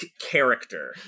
character